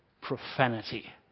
profanity